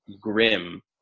Grim